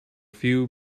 few